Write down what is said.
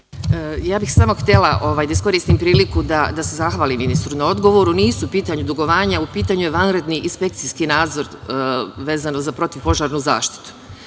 Samo bih htela da iskoristim priliku da se zahvalim ministru na odgovoru. Nisu u pitanju dugovanja, u pitanju je vanredni inspekcijski nadzor vezano za protivpožarnu zaštitu.